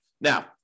Now